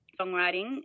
songwriting